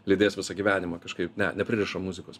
lydės visą gyvenimą kažkaip ne nepririšam muzikos